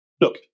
Look